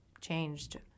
changed